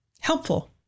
helpful